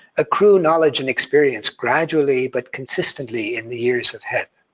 accrue knowledge and experience, gradually but consistently, in the years ahead.